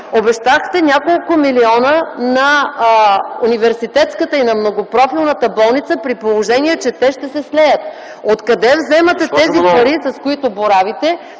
обещахте няколко милиона на Университетската и на Многопрофилната болница при положение, че те ще се слеят. Откъде вземате тези пари, с които боравите?